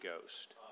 Ghost